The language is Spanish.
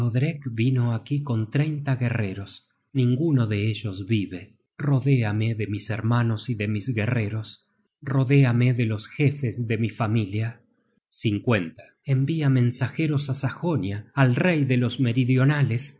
vino aquí con treinta guerreros ninguno de ellos vive rodéame de mis hermanos y de mis guerreros rodéame de los jefes de mi familia envia mensajeros á sajonia al rey de los meridionales